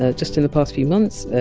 ah just in the past few months,